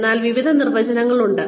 അതിനാൽ വിവിധ നിർവചനങ്ങളുണ്ട്